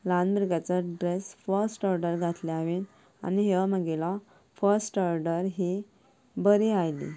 ल्हान भुरग्याचो dress first order घातले हांवें आनी ह्यो म्हागेलो फस्ट ओर्डर ही बरी आयली